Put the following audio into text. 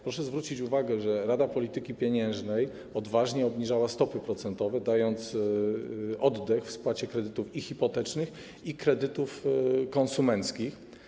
Proszę zwrócić uwagę, że Rada Polityki Pieniężnej odważnie obniżała stopy procentowe, dając oddech w spłacie kredytów hipotecznych i konsumenckich.